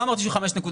לא אמרתי שהוא 5.5,